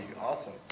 Awesome